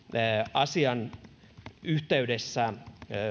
asian yhteydessä